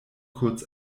kurz